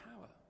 power